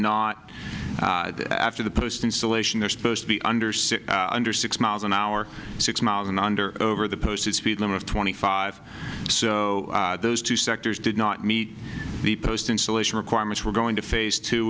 not after the post installation they're supposed to be under six under six miles an hour six miles in under over the posted speed limit of twenty five so those two sectors did not meet the post insulation requirements were going to phase t